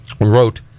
wrote